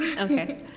Okay